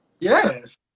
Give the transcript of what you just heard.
yes